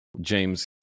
james